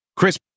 Chris